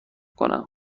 کنم